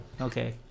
Okay